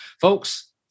Folks